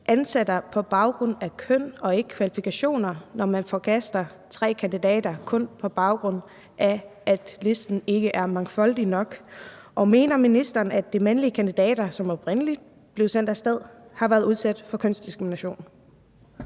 ansætter på baggrund af køn og ikke kvalifikationer, når man forkaster tre kandidater, kun på baggrund af at listen ikke er mangfoldig nok? Og mener ministeren, at de mandlige kandidater, som oprindelig blev sendt af sted, har været udsat for kønsdiskrimination?